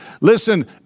listen